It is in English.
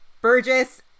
Burgess